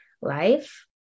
life